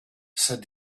said